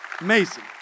Amazing